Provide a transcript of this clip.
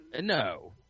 No